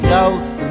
South